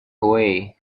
away